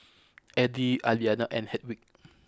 Eddie Aliana and Hedwig